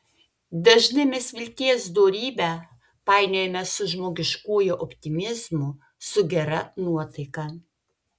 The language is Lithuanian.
dažnai mes vilties dorybę painiojame su žmogiškuoju optimizmu su gera nuotaika